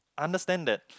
I understand that